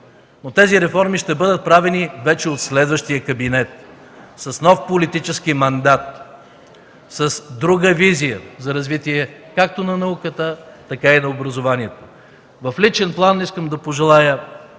но тези реформи ще бъдат правени вече от следващия кабинет, с нов политически мандат, с друга визия за развитие както на науката, така и на образованието. В личен план искам да пожелая